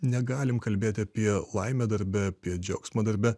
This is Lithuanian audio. negalim kalbėti apie laimę darbe apie džiaugsmą darbe